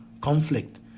conflict